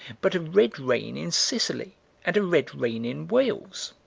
but a red rain in sicily and a red rain in wales.